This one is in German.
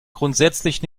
grundsätzlich